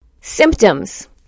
Symptoms